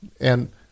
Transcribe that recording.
And-